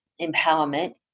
empowerment